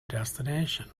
destination